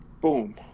boom